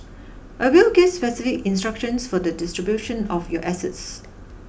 a will gives specific instructions for the distribution of your assets